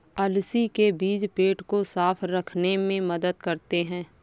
अलसी के बीज पेट को साफ़ रखने में मदद करते है